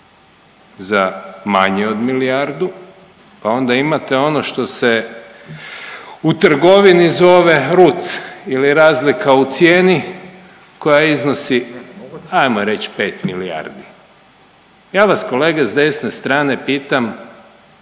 za manje od milijardu, pa onda imate ono što se u trgovini zove RUC ili razlika u cijeni koja iznosi ajmo reći 5 milijardi. Ja vas kolege s desne strane pitam